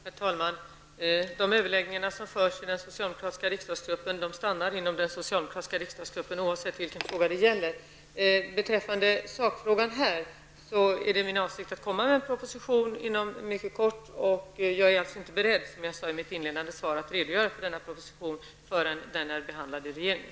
Herr talman! De överläggningar som förs i den socialdemokratiska riksdagsgruppen stannar också inom den socialdemokratiska riksdagsgruppen, oavsett vilken fråga det gäller. Beträffande sakfrågan här är min avsikt att komma med en proposition inom kort. Jag är alltså inte beredd, som jag sade i mitt inledande svar, att redogöra för denna proposition förrän den är behandlad i regeringen.